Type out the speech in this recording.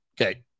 Okay